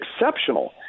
exceptional